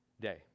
day